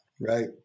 Right